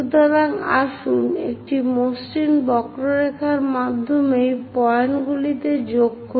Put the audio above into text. সুতরাং আসুন একটি মসৃণ বক্ররেখার মাধ্যমে এই পয়েন্টগুলিতে যোগ করি